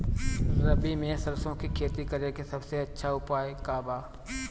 रबी में सरसो के खेती करे के सबसे अच्छा उपाय का बा?